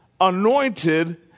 anointed